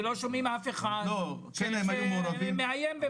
ולא שומעים אף אחד שמאיים במשהו.